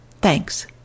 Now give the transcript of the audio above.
Thanks